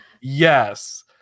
Yes